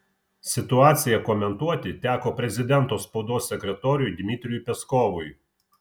situaciją komentuoti teko prezidento spaudos sekretoriui dmitrijui peskovui